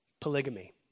polygamy